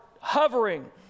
hovering